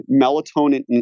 melatonin